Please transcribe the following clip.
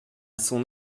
son